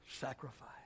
sacrifice